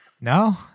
no